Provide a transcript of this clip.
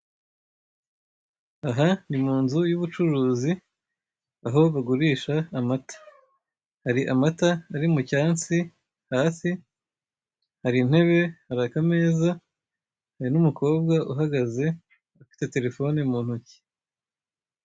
Aha ni mu inzu y'ubucuruzi aho bagurisha amata; hari amata ari mu cyansi hasi, hari intebe , hari akameza, hari n'umukobwa uhagaze ufite telefone mu ntoki.